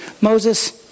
Moses